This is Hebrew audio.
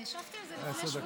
אני השבתי על זה לפני שבועיים.